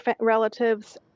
relatives